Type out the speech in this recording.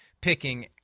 picking